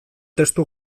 testu